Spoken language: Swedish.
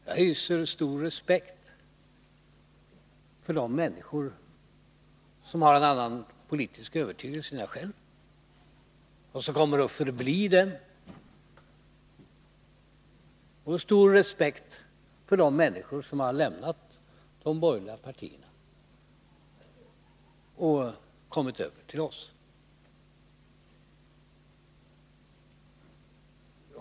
Jag hyser stor respekt för de människor som har en annan politisk övertygelse än jag själv och som kommer att hålla fast vid den — och stor respekt för de människor som har lämnat de borgerliga partierna och kommit över till oss.